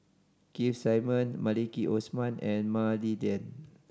Keith Simmon Maliki Osman and Mah Li Lian